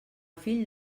fill